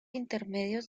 intermedios